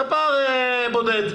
ספר בודד,